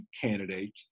candidate